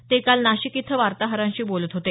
ते काल नाशिक इथं वार्ताहरांशी बोलत होते